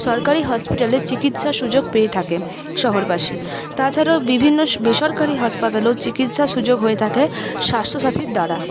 সরকারি হসপিটালে চিকিৎসার সুযোগ পেয়ে থাকে শহরবাসী তাছাড়াও বিভিন্ন বেসরকারি হাসপাতালেও চিকিৎসার সুযোগ হয়ে থাকে স্বাস্থ্যসাথীর দ্বারা